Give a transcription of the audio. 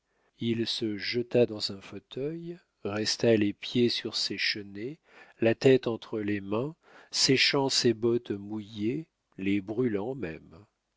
il se jeta dans un fauteuil resta les pieds sur ses chenets la tête entre les mains séchant ses bottes mouillées les brûlant même